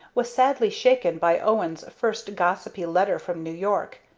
was sadly shaken by owen's first gossipy letter from new york.